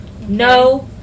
No